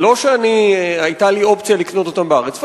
שבעצם אין אופציה לקנות אותם בארץ,